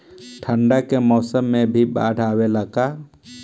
ठंडा के मौसम में भी बाढ़ आवेला का?